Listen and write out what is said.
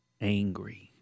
angry